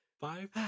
Five